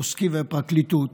והפרקליטות